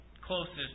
closest